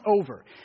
over